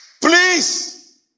Please